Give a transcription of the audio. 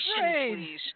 please